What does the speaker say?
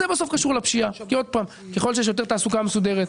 ככל שיש יותר תעסוקה מסודרת,